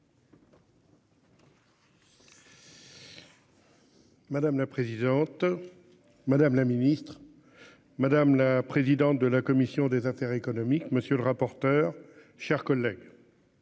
Madame la présidente. Madame la ministre. Madame la présidente de la commission des affaires économiques. Monsieur le rapporteur, chers collègues.